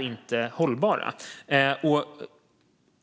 inte är hållbara.